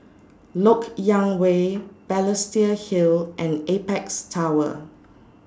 Lok Yang Way Balestier Hill and Apex Tower